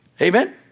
Amen